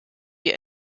die